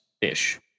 ish